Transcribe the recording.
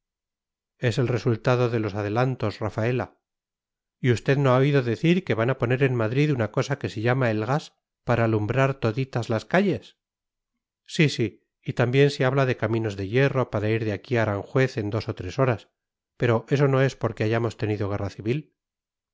es el resultado de los adelantos rafaela y usted no ha oído decir que van a poner en madrid una cosa que se llama el gas para alumbrar toditas las calles sí sí y también se habla de caminos de hierro para ir de aquí a aranjuez en dos o tres horas pero eso no es porque hayamos tenido guerra civil